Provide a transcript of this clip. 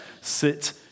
sit